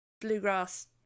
Bluegrass